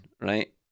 right